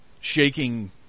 shaking